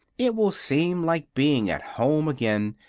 it will seem like being at home again,